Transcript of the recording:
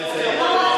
בסדר.